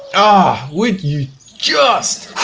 ah would you just,